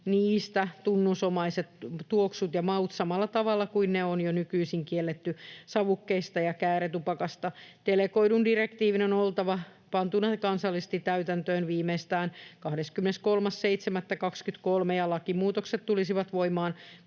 niistä tunnusomaiset tuoksut ja maut samalla tavalla kuin ne on jo nykyisin kielletty savukkeista ja kääretupakasta. Delegoidun direktiivin on oltava pantuna kansallisesti täytäntöön viimeistään 23.7.23, ja lakimuutokset tulisivat voimaan kolmen